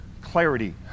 clarity